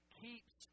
keeps